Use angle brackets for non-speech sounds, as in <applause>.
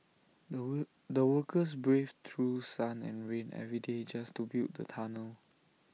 the <unintelligible> the workers braved through sun and rain every day just to build the tunnel